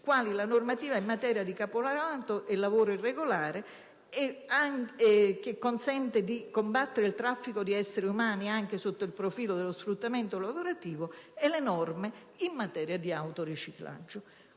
quali la normativa sul caporalato e sul lavoro irregolare, che consente di combattere il traffico di esseri umani, anche sotto il profilo dello sfruttamento lavorativo, e le misure in materia di autoriciclaggio.